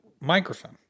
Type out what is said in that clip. microphone